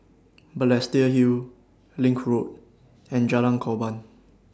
Balestier Hill LINK Road and Jalan Korban